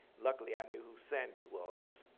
luckily, i knew who sandy was.